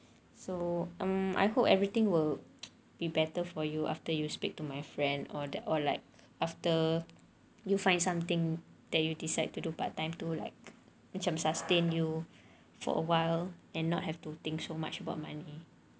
so um I hope everything will be better for you after you speak to my friend or that or like after you find something that you decide to do part time to like macam sustain you for awhile and not have to think so much about money